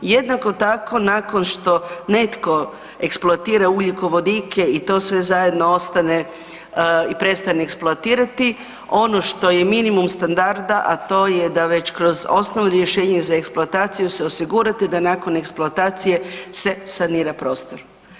Jednako tako nakon što netko eksploatira ugljikovodike i to sve zajedno ostane i prestane eksploatirati ono što je minimum standarda, a to je da već kroz osnovno rješenje za eksploataciju se osigurate da nakon eksploatacije se sanira prostor.